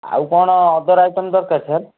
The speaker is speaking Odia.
ଆଉ କ'ଣ ଅଦର୍ ଆଇଟମ୍ ଦରକାର ସାର୍